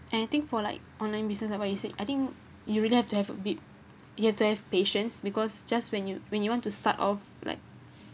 and I think for like online business like what you said I think you really have to have a bit you have to have patience because just when you when you want to start off like